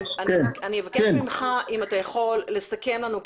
אני אבקש ממך אם אתה יכול לסכם לנו,